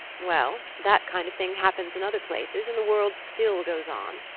well that kind of thing happens in other places, and the world still goes on.